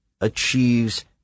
achieves